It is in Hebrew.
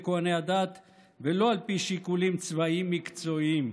כוהני הדת ולא על פי שיקולים צבאיים מקצועיים,